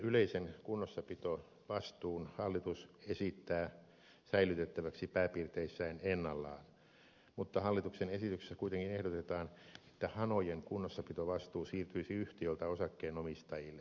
yhtiön yleisen kunnossapitovastuun hallitus esittää säilytettäväksi pääpiirteissään ennallaan mutta hallituksen esityksessä kuitenkin ehdotetaan että hanojen kunnossapitovastuu siirtyisi yhtiöltä osakkeenomistajille